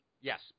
yes